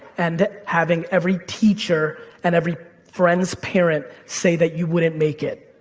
and having every teacher and every friend's parent say that you wouldn't make it.